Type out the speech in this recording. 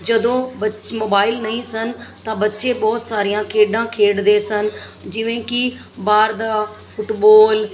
ਜਦੋਂ ਬੱਚੇ ਮੋਬਾਈਲ ਨਹੀਂ ਸਨ ਤਾਂ ਬੱਚੇ ਬਹੁਤ ਸਾਰੀਆਂ ਖੇਡਾਂ ਖੇਡਦੇ ਸਨ ਜਿਵੇਂ ਕਿ ਬਾਹਰ ਦੀ ਫੁੱਟਬੋਲ